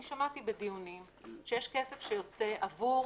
אני שמעתי בדיונים שיש כסף שיוצא עבור